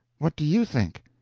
what do you think?